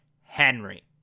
Henry